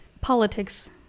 Politics